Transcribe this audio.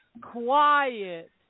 quiet